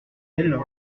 elles